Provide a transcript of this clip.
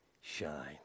shine